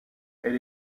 elle